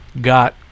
got